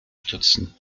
stützen